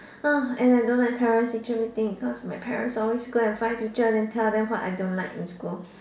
uh and I don't like parent teacher meeting because my parents always go and find teacher then tell them what I don't like in school